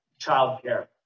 childcare